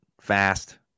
fast